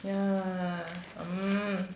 yeah mm